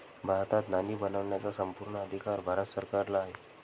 भारतात नाणी बनवण्याचा संपूर्ण अधिकार भारत सरकारला आहे